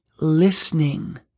listening